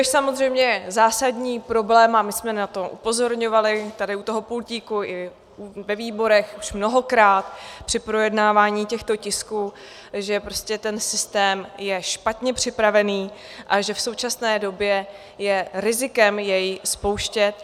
Samozřejmě zásadní problém, a my jsme na to upozorňovali tady u toho pultíku i ve výborech už mnohokrát při projednávání těchto tisků, že prostě ten systém je špatně připravený a že v současné době je rizikem jej spouštět.